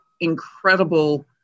incredible